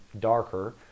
darker